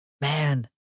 man